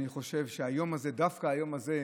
אני חושב שביום הזה, דווקא היום הזה,